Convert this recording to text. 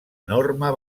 enorme